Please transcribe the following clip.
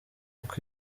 uko